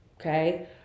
okay